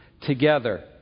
together